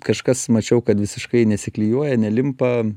kažkas mačiau kad visiškai nesiklijuoja nelimpa